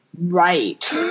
right